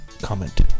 comment